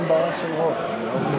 כדי ללמוד מה זה המדען הראשי.